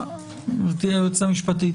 הוועדה.